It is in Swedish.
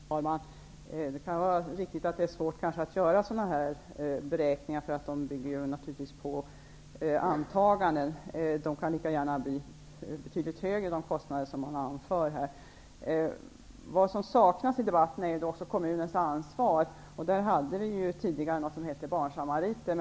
Herr talman! Det kan vara riktigt att det är svårt att göra sådana här beräkningar, som naturligtvis bygger på antaganden. De kostnader som anförs här kan lika gärna bli betydligt högre. Vad som saknas i debatten är kommunens ansvar. Tidigare fanns ju s.k. barnsamariter.